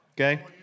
okay